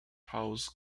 house